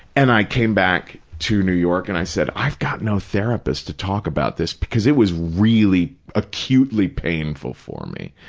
and i came back to new york and i said, i've got no therapist to talk about this, because it was really acutely painful for me.